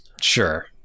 Sure